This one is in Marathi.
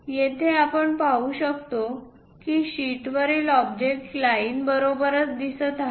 येथे आपण पाहू शकतो की शीटवरील ऑब्जेक्ट लाईन बरोबरच दिसत आहे